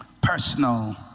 personal